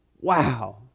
Wow